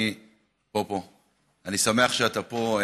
אני שמח שאתה פה,